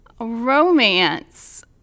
romance